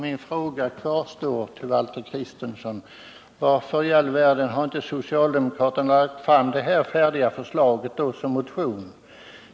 Herr talman! Min fråga kvarstår till Valter Kristenson.